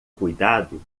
cuidado